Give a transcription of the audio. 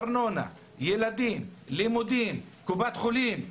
ארנונה, ילדים, לימודים, קופת חולים.